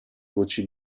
voci